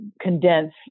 condense